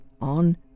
on